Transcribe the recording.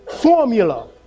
formula